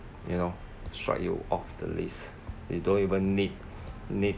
you know struck you off the list you don't even need need